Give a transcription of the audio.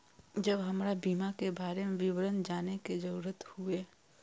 जब हमरा बीमा के बारे में विवरण जाने के जरूरत हुए?